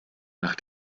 nach